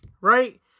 Right